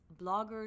bloggers